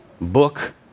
book